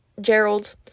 Gerald